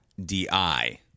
D-I